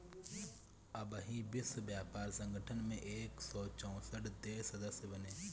अबही विश्व व्यापार संगठन में एक सौ चौसठ देस सदस्य बाने